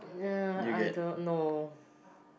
uh I don't know